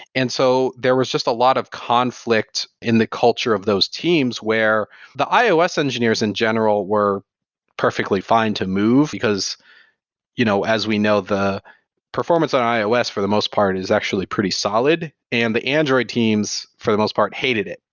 and so there was just a lot of conflict in the culture of those teams, where the ios engineers in general were perfectly fine to move, because you know as we know the performance on ios for the most part is actually pretty solid and the android teams for the most part hated it,